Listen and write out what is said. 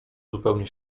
zupełnie